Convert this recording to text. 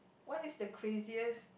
what is the craziest